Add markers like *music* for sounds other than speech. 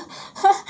*laughs*